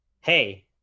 hey